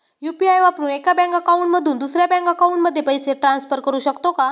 UPI वापरून एका bank account मधून दुसऱ्या बँक अकाउंटमध्ये पैसे ट्रान्सफर करू शकतो का?